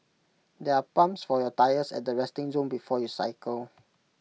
there are pumps for your tyres at the resting zone before you cycle